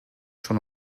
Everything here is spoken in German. schon